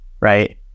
right